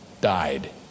died